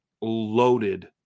loaded –